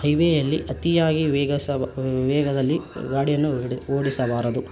ಹೈವೆಯಲ್ಲಿ ಅತಿಯಾಗಿ ವೇಗ ಸಹ ವೇಗದಲ್ಲಿ ಗಾಡಿಯನ್ನು ಓಡಿಸಬಾರದು